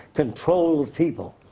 control of people.